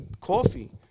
coffee